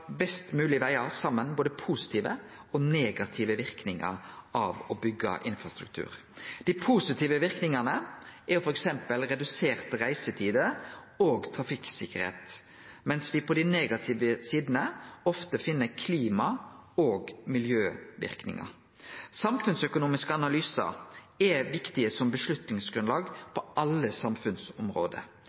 best mogleg vega saman både positive og negative verknader av å byggje infrastruktur. Dei positive verknadene er f.eks. reduserte reisetider og trafikktryggleik, mens me på dei negative sidene ofte finn klima- og miljøverknader. Samfunnsøkonomiske analysar er viktige som avgjerdsgrunnlag på alle samfunnsområde.